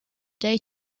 day